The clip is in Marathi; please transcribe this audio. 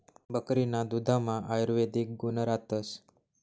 बकरीना दुधमा आयुर्वेदिक गुण रातस